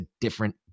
different